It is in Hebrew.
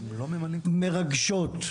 מרגשות,